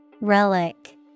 Relic